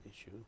issue